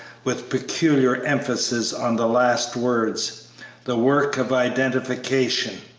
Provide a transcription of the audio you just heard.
with peculiar emphasis on the last words the work of identification,